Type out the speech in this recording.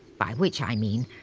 by which i mean,